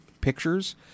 Pictures